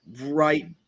right